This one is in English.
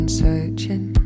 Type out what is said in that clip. searching